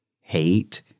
hate